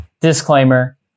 disclaimer